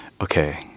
okay